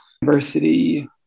university